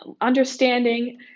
understanding